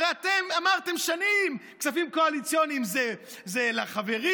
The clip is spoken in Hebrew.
הרי אתם אמרתם שנים שכספים קואליציוניים זה לחברים,